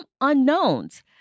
unknowns